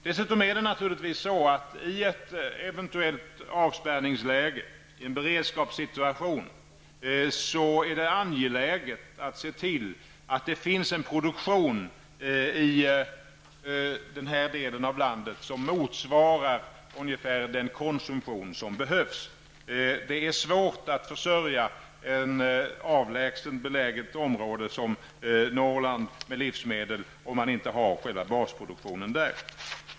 Dessutom är det naturligtvis så att det i ett eventuellt avspärrningsläge, i en beredskapssituation, är angeläget att se till att det finns en produktion i den här delen av landet som motsvarar ungefär den konsumtion som behövs. Det är svårt att försörja ett avlägset beläget område som Norrland med livsmedel om man inte har själva basproduktionen där.